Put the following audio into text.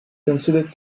considered